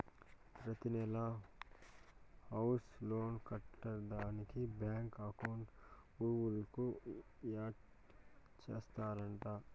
ప్రతినెలా house loan కట్టేదానికి బాంకీ అకౌంట్ గూగుల్ కు యాడ్ చేస్తాండా